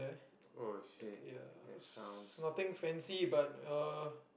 oh shit that sounds